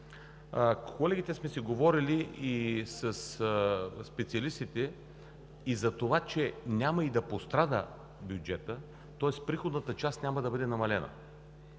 колегите сме си говорили и със специалистите за това, че няма да пострада бюджетът, тоест приходната част няма да бъде намалена,